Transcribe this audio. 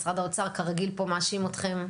משרד האוצר כרגיל פה מאשים אתכם.